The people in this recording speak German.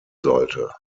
sollte